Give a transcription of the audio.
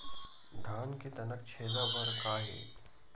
धान के तनक छेदा बर का हे?